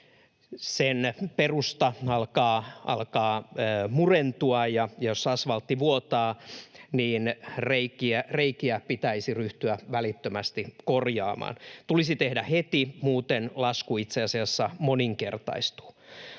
sen perusta alkaa murentua. Jos asfaltti vuotaa, niin reikiä pitäisi ryhtyä välittömästi korjaamaan. Tulisi tehdä heti, muuten lasku itse asiassa moninkertaistuu.